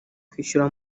kwishyura